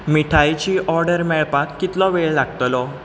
मिठायेची order मेळपाक कितलो वेळ लागतलो